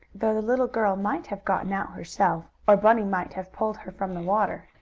though the little girl might have gotten out herself, or bunny might have pulled her from the water.